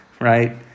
right